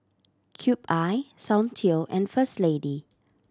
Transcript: Cube I Soundteoh and First Lady